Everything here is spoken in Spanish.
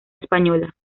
española